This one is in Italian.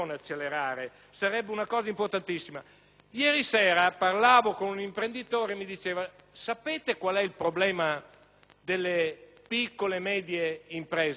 Ieri sera, parlavo con un imprenditore che mi ha detto: sapete qual è problema delle piccole e medie imprese? Che le banche non danno loro i soldi.